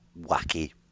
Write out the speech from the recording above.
wacky